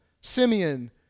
Simeon